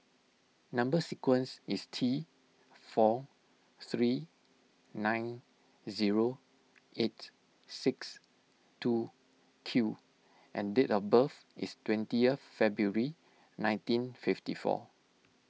Number Sequence is T four three nine zero eight six two Q and date of birth is twenty February nineteen fifty four